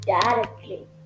directly